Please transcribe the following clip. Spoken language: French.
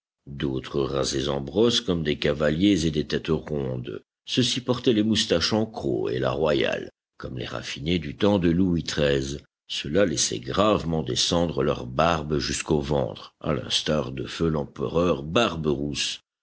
d'autres rasés en brosse comme des cavaliers et des têtes rondes ceux-ci portaient les moustaches en croc et la royale comme les raffinés du temps de louis xiii ceux-là laissaient gravement descendre leur barbe jusqu'au ventre à l'instar de feu l'empereur barberousse